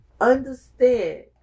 understand